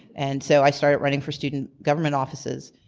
and so i started running for student government offices.